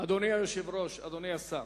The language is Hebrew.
אדוני היושב-ראש, אדוני השר,